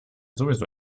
sowieso